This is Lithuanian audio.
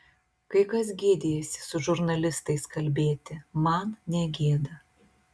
kai kas gėdijasi su žurnalistais kalbėti man negėda